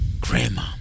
Grandma